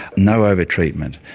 no overtreatment.